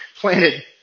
planted